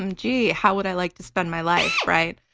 um gee, how would i like to spend my life? right?